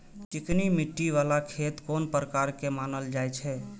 चिकनी मिट्टी बाला खेत कोन प्रकार के मानल जाय छै?